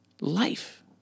life